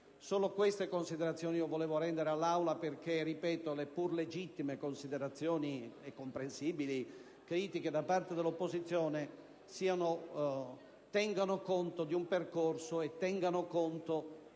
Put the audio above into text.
Solo queste riflessioni volevo rimettere all'Aula perché, ripeto, le pur legittime considerazioni e comprensibili critiche da parte dell'opposizione tengano conto di un percorso e tengano conto